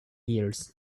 years